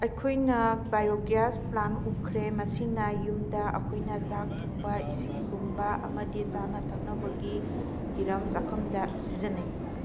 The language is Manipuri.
ꯑꯩꯈꯣꯏꯅꯥ ꯕꯥꯏꯌꯣꯒ꯭ꯌꯥꯁ ꯄ꯭ꯂꯥꯟ ꯎꯈ꯭ꯔꯦ ꯃꯁꯤꯅ ꯌꯨꯝꯗ ꯑꯩꯈꯣꯏꯅ ꯆꯥꯛ ꯊꯣꯡꯕ ꯏꯁꯤꯡ ꯂꯨꯝꯕ ꯑꯃꯗꯤ ꯆꯥꯅ ꯊꯛꯅꯕꯒꯤ ꯍꯤꯔꯝ ꯆꯥꯛꯈꯨꯝꯗ ꯁꯤꯖꯟꯅꯩ